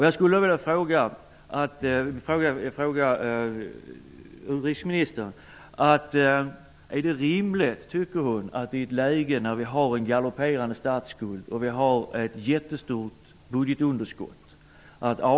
Jag skulle vilja fråga utrikesministern: Är det rimligt att avsätta ökade anslag med hjälp av lånta pengar för att hjälpa andra länder, i ett läge då vi har en galopperande statsskuld och ett jättestort budgetunderskott?